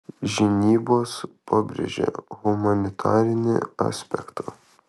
žinybos pabrėžia humanitarinį aspektą